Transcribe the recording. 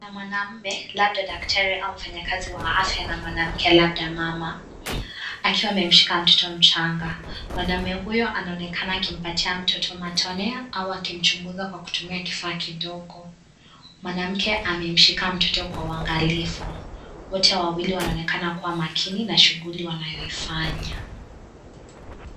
Kuna mwanamme labda daktari au mfanyikazi wa afya na mwanamke labda mama akiwa amemshika mtoto mchanga. Mwanaume huyo anaonekana akimpatia mtoto matone au akichunguza akitumia kifaa kidogo. Mwanamke amemshika mtoto kwa uangalifu. wote wawili wanaonekana kuwa makini na shughuli wanayoifanya.